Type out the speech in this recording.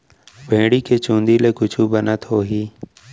भेड़ी के चूंदी ले कुछु बनत होही?